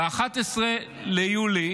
ב-11 ביולי